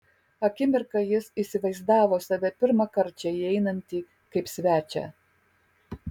akimirką jis įsivaizdavo save pirmąkart čia įeinantį kaip svečią